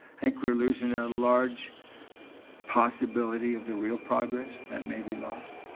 i think we're losing a large possibility of the real progress that may be lost.